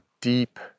deep